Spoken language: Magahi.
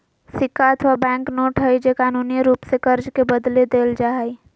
सिक्का अथवा बैंक नोट हइ जे कानूनी रूप से कर्ज के बदले देल जा हइ